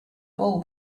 bou